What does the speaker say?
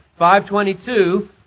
522